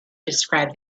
described